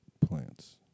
plants